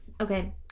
Okay